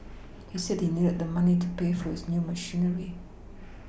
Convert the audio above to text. he said he needed the money to pay for his new machinery